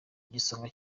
igisonga